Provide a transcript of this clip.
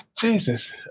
Jesus